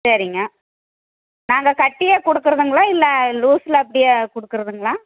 சரிங்க நாங்க கட்டியே கொடுக்கறதுங்களா இல்லை லூஸில் அப்படியே கொடுக்கறதுங்களா